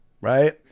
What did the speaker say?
right